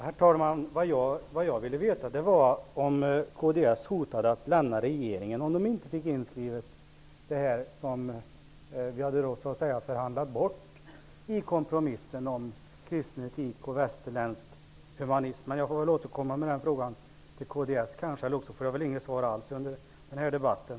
Herr talman! Vad jag ville veta var om kds hotade att lämna regeringen om det inte fick inskrivet det som står om kristen etik och västerländsk humanism, som hade förhandlats bort i kompromissen. Jag får kanske återkomma med frågan till kds, eller så får jag inte något svar alls under den här debatten.